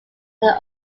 their